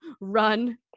run